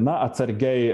na atsargiai